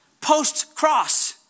post-cross